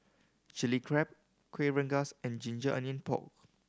Chili Crab Kueh Rengas and ginger onion pork